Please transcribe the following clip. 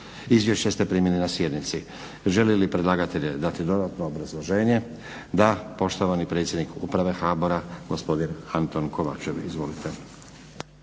Izvješća ste primili na sjednici. Želi li predlagatelj dati dodatno obrazloženje? Da. Poštovani predsjednik Uprave HBOR-a gospodin Anton Kovačev. Izvolite.